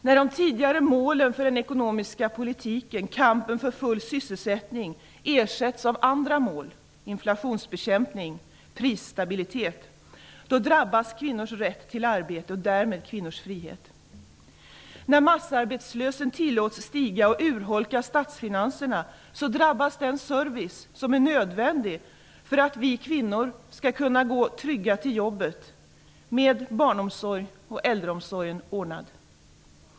När de tidigare målen för den ekonomiska politiken och kampen för full sysselsättning ersätts av mål som inflationsbekämpning och prisstabilitet, drabbas kvinnors rätt till arbete och därmed frihet. När massarbetslösheten tillåts stiga och urholka statsfinanserna, drabbas den service som är nödvändig för att vi kvinnor skall kunna gå trygga till jobbet med barnomsorgen och äldreomsorgen ordnad.